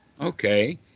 okay